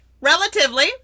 Relatively